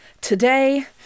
today